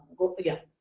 go up again.